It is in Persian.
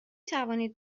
توانید